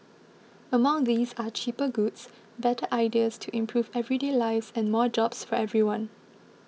among these are cheaper goods better ideas to improve everyday lives and more jobs for everyone